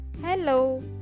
Hello